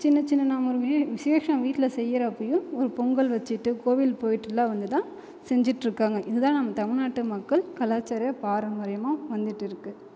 சின்ன சின்ன விஷேசம் வீட்டில் செய்கிறப்பயும் பொங்கல் வச்சுட்டு கோவில் போயிட்டெல்லாம் வந்து தான் செஞ்சுட்டு இருக்காங்க இதுதான் தமிழ்நாட்டு மக்கள் கலாச்சாரிய பாரம்பரியமாக வந்துட்டு இருக்குது